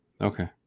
Okay